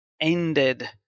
ended